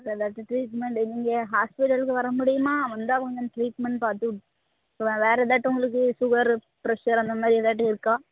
வேறு எதாச்சும் ட்ரீட்மெண்ட் இங்கே ஹாஸ்பிடலுக்கு வர முடியுமா வந்தால் கொஞ்சம் ட்ரீட்மெண்ட் பார்த்துட்டு போகலாம் வேறு எதாட்டும் உங்களுக்கு சுகரு ப்ரெஷரு அந்த மாதிரி எதாட்டும் இருக்கா